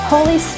Holy